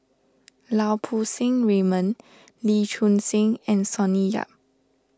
Lau Poo Seng Raymond Lee Choon Seng and Sonny Yap